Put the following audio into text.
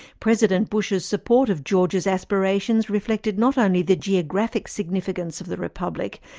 president bush's support of georgia's aspirations reflected not only the geographic significance of the republic,